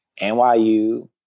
NYU